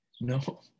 No